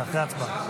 זה אחרי ההצבעה.